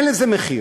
אין לזה מחיר.